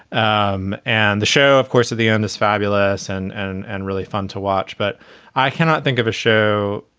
um and the show, of course, at the un, this fabulous and and and really fun to watch. but i cannot think of a show,